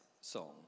song